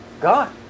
God